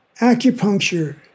Acupuncture